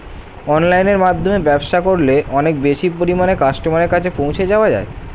অনলাইনের মাধ্যমে ব্যবসা করলে অনেক বেশি পরিমাণে কাস্টমারের কাছে পৌঁছে যাওয়া যায়?